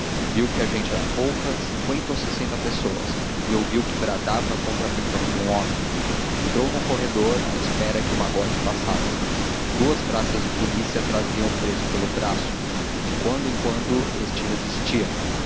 viu que a gente era pouca cinquenta ou sessenta pessoas e ouviu que bradava contra a prisão de um homem entrou num corredor à espera que o magote passasse duas praças de polícia traziam o preso pelo braço de quando em quando este resistia